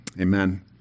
Amen